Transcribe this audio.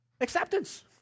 acceptance